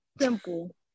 Simple